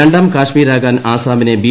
രണ്ടാം കാശ്മീരാകാൻ ആസാമിനെ ബി